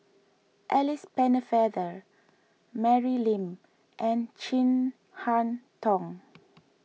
Alice Pennefather Mary Lim and Chin Harn Tong